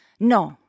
Non